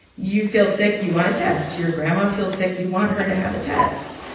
you feel sick, you want a test. your grandma feels sick, you want her to have a test.